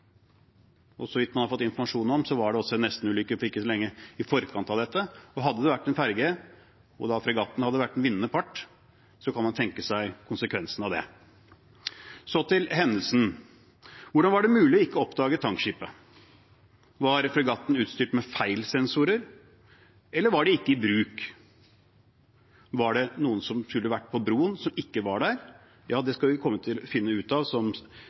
Så vidt man har fått informasjon om, var det en nestenulykke ikke lenge i forkant av dette. Hadde det vært en ferge og fregatten hadde vært den vinnende part, så kan man tenke seg konsekvensene av det. Så til hendelsen: Hvordan var det mulig ikke å oppdage tankskipet? Var fregatten utstyrt med feil sensorer, eller var de ikke i bruk? Var det noen som skulle vært på broen, som ikke var der? Ja, det skal vi finne ut av, som